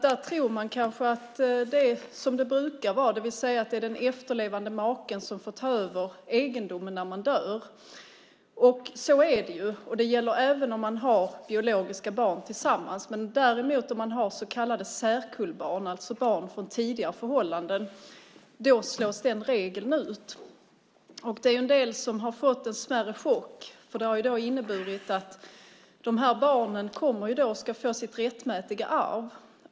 Man tror kanske att det är som det brukar vara, det vill säga att det är den efterlevande maken som får ta över egendomen när man dör. Och så är det ju; det gäller även när man har biologiska barn tillsammans. Om man däremot har så kallade särkullbarn, alltså barn från tidigare förhållanden, slås den regeln ut. Det är en del som har fått en smärre chock, för detta har inneburit att barnen kommer och ska få sitt rättmätiga arv.